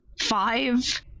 five